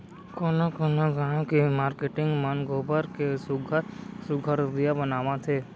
कोनो कोनो गाँव के मारकेटिंग मन गोबर के सुग्घर सुघ्घर दीया बनावत हे